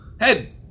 head